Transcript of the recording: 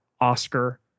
Oscar